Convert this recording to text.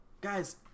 Guys